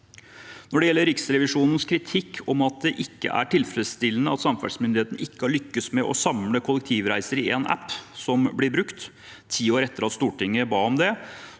Når det gjelder Riksrevisjonens kritikk om at det ikke er «tilfredsstillende at samferdselsmyndighetene ikke har lykkes med å samle alle kollektivreiser i en reiseapp som blir brukt, 10 år etter at Stortinget ba om å